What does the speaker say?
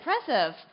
impressive